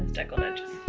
deckled edges.